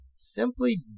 simply